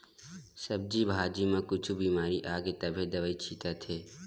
सब्जी भाजी म कुछु बिमारी आगे तभे दवई छितत हे